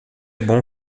bom